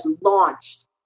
launched